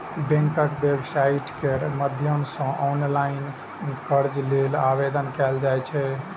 बैंकक वेबसाइट केर माध्यम सं ऑनलाइन कर्ज लेल आवेदन कैल जा सकैए